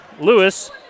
Lewis